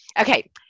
okay